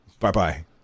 Bye-bye